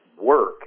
work